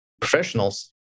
professionals